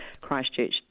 Christchurch